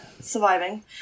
Surviving